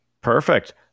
Perfect